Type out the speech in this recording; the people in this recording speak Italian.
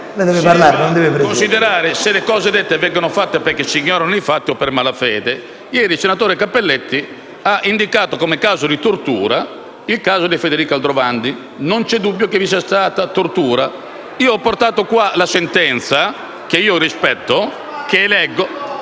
considerare se le cose dette vengono fatte perché si ignorano i fatti o per malafede. Ieri il senatore Cappelletti ha indicato come caso di tortura il caso di Federico Aldrovandi, dicendo che non c'è dubbio che vi sia stata tortura. Ho portato qui la sentenza, che rispetto e che vado